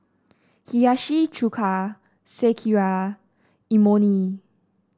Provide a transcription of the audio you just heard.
Hiyashi Chuka Sekihan Imoni